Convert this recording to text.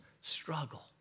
struggle